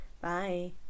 Bye